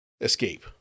escape